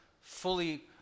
fully